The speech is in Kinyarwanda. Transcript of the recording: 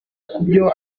kubyo